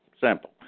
Simple